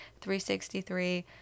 363